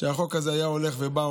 שהחוק הזה היה הולך ובא,